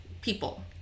people